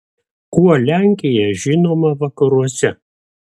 kuo lenkija žinoma vakaruose